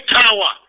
tower